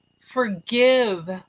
forgive